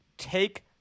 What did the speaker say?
Take